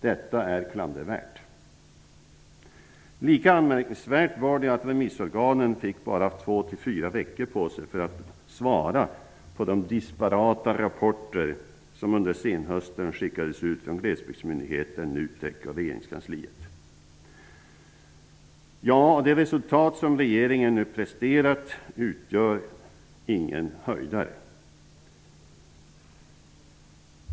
Detta är klandervärt. Lika anmärkningsvärt var det att remissorganen bara fick två--fyra veckor på sig att svara på de disparata rapporter som under senhösten skickades ut från Det resultat som regeringen nu presterat utgör ingen höjdare.